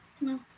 No